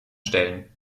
stellen